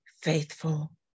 faithful